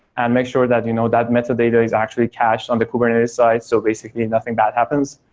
and make sure that you know that metadata is actually cached on the kubernetes side, so basically nothing bad happens.